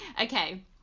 Okay